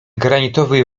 granitowy